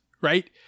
Right